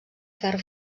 ferro